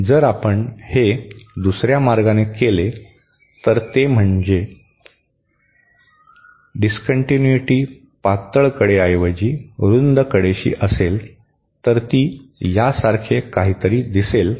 जर आपण हे दुसर्या मार्गाने केले तर ते म्हणजे डीसकंटिन्यूटी पातळ कडेऐवजी रुंद कडेशी असेल तर ती यासारखे काहीतरी दिसेल